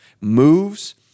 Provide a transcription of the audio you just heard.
moves